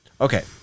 Okay